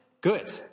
Good